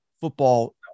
football